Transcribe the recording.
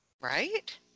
right